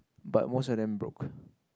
but most of them broke